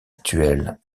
actuel